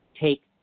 take